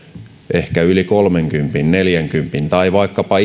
ehkä yli kolmenkympin neljänkympin tai vaikkapa